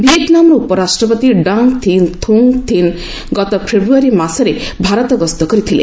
ଭିଏତ୍ନାମ୍ର ଉପରାଷ୍ଟ୍ରପତି Dang Thi Ngoc Thinh ଗତ ଫେବୃୟାରୀ ମାସରେ ଭାରତ ଗସ୍ତ କରିଥିଲେ